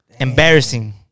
embarrassing